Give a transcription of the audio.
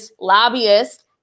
lobbyists